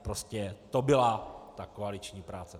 Prostě to byla ta koaliční práce.